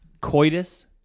coitus